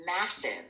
massive